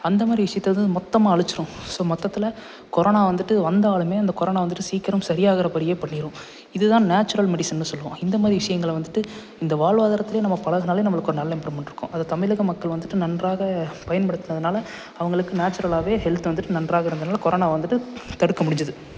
அந்த மாதிரி விஷயத்தைதான் மொத்தமாக அழிச்சுவிடும் ஸோ மொத்தத்தில் கொரோனா வந்துவிட்டு வந்தாலுமே அந்த கொரோனா வந்துவிட்டு சீக்கிரம் சரி ஆகிற படியே பண்ணிரும் இதை தான் நேச்சுரல் மெடிசன்னு சொல்லுவோம் இந்த மாதிரி விஷயங்களை வந்துவிட்டு இந்த வாழ்வாதாரத்துலையே நம்ம பழகினாலே நம்மளுக்கு ஒரு நல்ல இம்ப்ருவ்மெண்ட் இருக்கும் அது தமிழக மக்கள் வந்துவிட்டு நன்றாக பயன்படுத்துனதுனால அவங்களுக்கு நேச்சுரல்லாகவே ஹெல்த் வந்துவிட்டு நன்றாக இருந்தனால கொரோனா வந்துவிட்டு தடுக்க முடிஞ்சிது